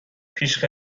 پیش